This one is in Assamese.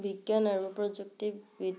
বিজ্ঞান আৰু প্ৰযুক্তি